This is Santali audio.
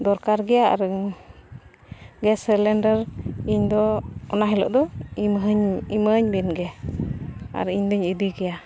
ᱫᱚᱨᱠᱟᱨ ᱜᱮᱭᱟ ᱟᱨ ᱜᱮᱥ ᱥᱤᱞᱤᱱᱰᱟᱨ ᱤᱧ ᱫᱚ ᱚᱱᱟ ᱦᱤᱞᱟᱹᱜ ᱫᱚ ᱤᱢᱟᱹᱧ ᱤᱢᱟᱹᱧ ᱵᱮᱱ ᱜᱮ ᱟᱨ ᱤᱧ ᱫᱩᱧ ᱤᱫᱤ ᱜᱮᱭᱟ